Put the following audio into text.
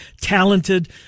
talented